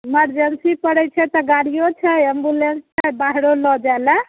emergency पड़ैत छै तऽ गाड़ियो छै एम्बूलेंसो छै बाहरो लऽ जाइ लऽ